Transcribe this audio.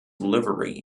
livery